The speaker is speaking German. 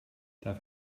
darf